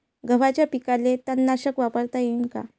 गव्हाच्या पिकाले तननाशक वापरता येईन का?